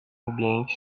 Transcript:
ambiente